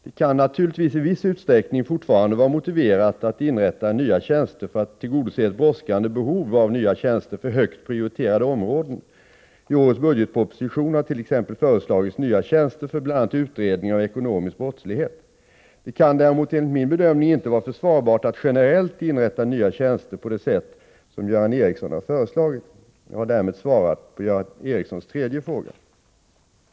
Det kan naturligtvis i viss utsträckning fortfarande vara motiverat att inrätta nya tjänster för att tillgodose ett brådskande behov av nya tjänster för högt prioriterade områden. I årets budgetproposition har t.ex. föreslagits nya tjänster för bl.a. utredning av ekonomisk brottslighet. Det kan däremot, enligt min bedömning, inte vara försvarbart att generellt inrätta nya tjänster på det sätt som Göran Ericsson har föreslagit. Jag har därmed svarat på Göran Ericssons tredje fråga.